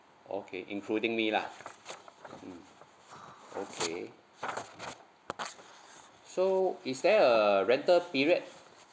okay including me lah mmhmm okay so is there a rental period